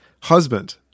Husband